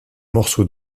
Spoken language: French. morceau